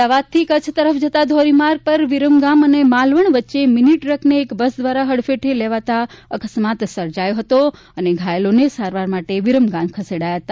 અમદાવાદથી કચ્છ તરફ જતા ધોરીમાર્ગ ઉપર વિરમગામ અને માલવણ વચ્ચે મીની ટ્રકને એક બસ દ્વારા હડફેટે લેવાતા અકસ્માત સર્જાયો હતો અને ઘાયલોને સારવાર માટે વિરમગામ ખસેડાયા છે